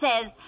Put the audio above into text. says